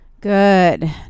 Good